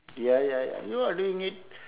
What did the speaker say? ya ya ya you are doing it